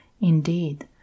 Indeed